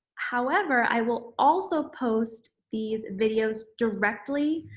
however, i will also post these videos directly